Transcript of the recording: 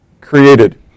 created